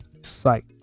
site